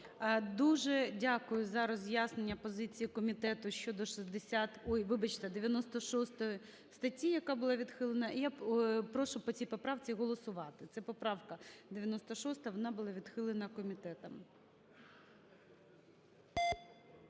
Дуже дякую за роз'яснення позиції комітету 96 статті, яка була відхилена. І я прошу по цій поправці голосувати, це поправка 96, вона була відхилена комітетом.